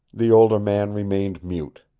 the older man remained mute.